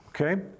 okay